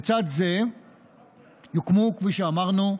לצד זה יוקמו, כפי שאמרנו,